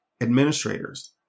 administrators